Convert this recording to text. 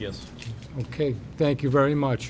yes ok thank you very much